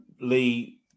Lee